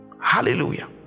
hallelujah